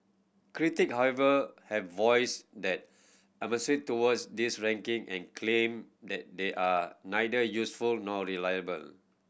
critic however have voiced their towards these ranking and claim that they are neither useful nor reliable